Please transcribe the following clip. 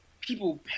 people